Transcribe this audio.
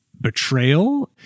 betrayal